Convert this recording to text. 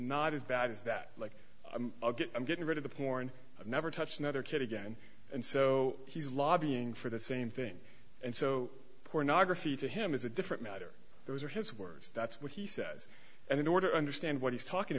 not as bad as that like i'm getting rid of the porn never touched another kid again and so he's lobbying for the same thing and so pornography to him is a different matter those are his words that's what he says and in order to understand what he's talking